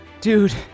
Dude